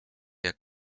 jak